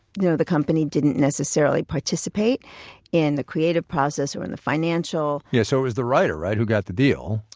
know, the company didn't necessarily participate in the creative process or in the financial. yeah, so it was the writer, right, who got the deal?